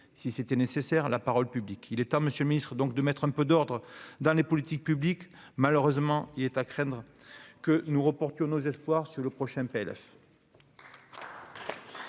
si besoin était, la parole publique. Il est temps, monsieur le ministre, de mettre un peu d'ordre dans les politiques publiques. Malheureusement, il est à craindre que nous ne devions reporter nos espoirs sur le prochain PLF.